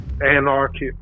anarchist